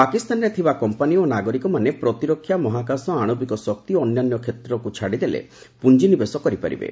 ପାକିସ୍ତାନରେ ଥିବା କମ୍ପାନି ଓ ନାଗରିକମାନେ ପ୍ରତିରକ୍ଷା ମହାକାଶ ଆଶବିକ ଶକ୍ତି ଓ ଅନ୍ୟାନ୍ୟ କେତେକ କ୍ଷେତ୍ରକୁ ଛାଡ଼ିଦେଲେ ପୁଞ୍ଜି ନିବେଶ କରିପାରିବେ